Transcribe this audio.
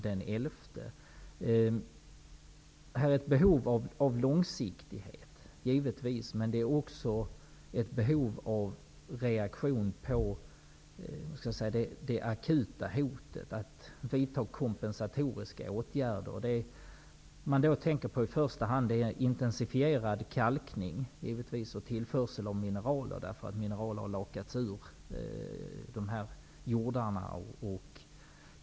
Här finns givetvis ett behov av långsiktighet men också av reaktioner på det akuta hotet. Det handlar om att vidta kompensatoriska åtgärder. Det man då tänker på i första hand är intensifierad kalkning och tillförsel av mineraler. Mineraler har lakats ur jordarna.